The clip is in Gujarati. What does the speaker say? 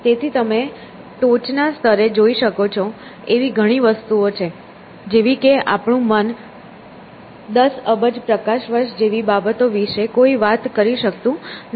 તેથી તમે ટોચનાં સ્તરે જોઈ શકો છો એવી ઘણી વસ્તુઓ છે જેવી કે આપણું મન દસ અબજ પ્રકાશ વર્ષ જેવી બાબત વિશે કોઈ વાત કરી શકતું નથી